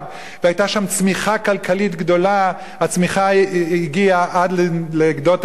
והיתה שם צמיחה כלכלית גדולה הצמיחה הגיעה עד לגדות הנילוס,